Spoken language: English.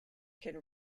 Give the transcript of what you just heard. can